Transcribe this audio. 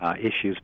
issues